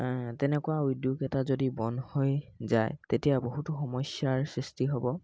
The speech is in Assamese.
তেনেকুৱা উদ্যোগ এটা যদি বন্ধ হৈ যায় তেতিয়া বহুতো সমস্যাৰ সৃষ্টি হ'ব